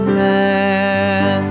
man